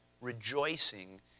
rejoicing